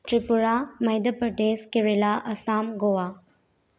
Tripura Madhya Pradesh Kerala Assam Goa